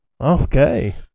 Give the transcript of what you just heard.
Okay